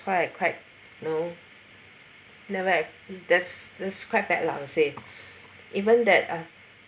why I cried you know never that's that's quite bad lah I would say even that